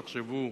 תחשבו: